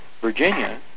Virginia